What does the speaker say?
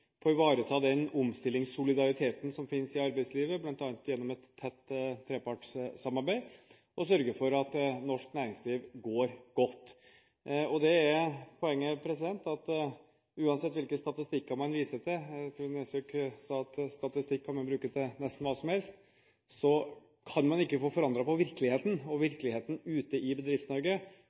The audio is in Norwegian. ivareta den omstillingssolidariteten som finnes i arbeidslivet, bl.a. gjennom et tett trepartssamarbeid, og sørge for at norsk næringsliv går godt. Poenget er at uansett hvilke statistikker man viser til – jeg tror Nesvik sa at statistikk kan man bruke til nesten hva som helst – kan man ikke få forandret på virkeligheten. Virkeligheten ute i